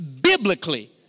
biblically